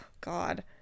God